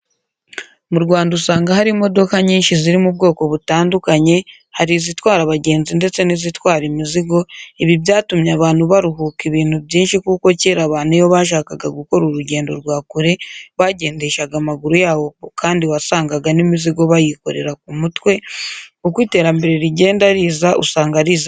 Mu Rwanda usanga hari imodoka nyinshi ziri mu bwoko butandukanye hari izitwara abagenzi ndetse n'izitwara imizigo, ibi byatumye abantu baruhuka ibintu byinshi kuko kera abantu iyo bashakaga gukora urugendo rwa kure bagendeshaga amaguru yabo kandi wasangaga n'imizigo bayikorera ku mutwe, uko iterambere rigenda riza usanga rizana ibishya.